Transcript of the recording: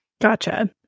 Gotcha